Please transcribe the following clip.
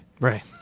Right